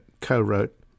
co-wrote